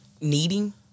needing